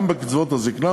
גם בקצבאות הזיקנה,